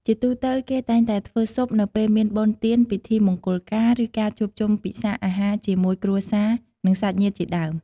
ជាទូទៅ គេតែងតែធ្វើស៊ុបនៅពេលមានបុណ្យទានពិធីមង្គលការឬការជួបជុំពិសាអាហារជាមួយគ្រួសារនិងសាច់ញាតិជាដើម។